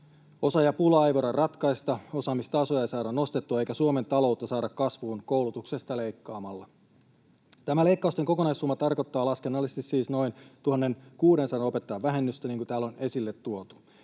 Osaajapulaa ei voida ratkaista, osaamistasoa ei saada nostettua eikä Suomen taloutta saada kasvuun koulutuksesta leikkaamalla. Tämä leikkausten kokonaissumma tarkoittaa laskennallisesti siis noin 1 600 opettajan vähennystä, niin kuin täällä on esille tuotu,